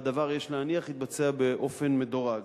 והדבר, יש להניח, יתבצע באופן מדורג.